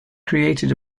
created